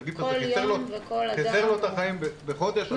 אז אם הנגיף הזה קיצר למישהו את החיים בחודש אז זה יכול להיות,